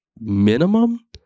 minimum